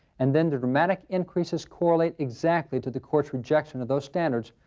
and then the dramatic increases correlate exactly to the court's rejection of those standards,